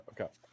Okay